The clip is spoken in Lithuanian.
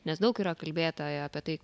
nes daug yra kalbėta apie tai